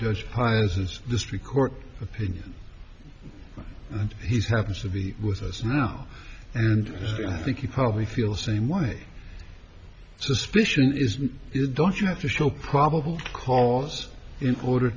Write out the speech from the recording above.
it's district court opinion and he's happens to be with us now and i think you probably feel the same way suspicion is it don't you have to show probable cause in order